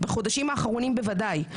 בחודשים האחרונים בוודאי,